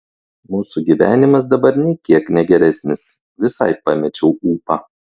mūsų gyvenimas dabar nei kiek ne geresnis visai pamečiau ūpą